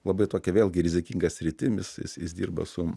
labai tokia vėlgi rizikinga sritim is is is dirba su